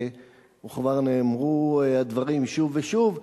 וכבר נאמרו הדברים שוב ושוב,